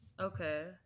Okay